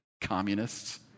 Communists